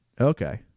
Okay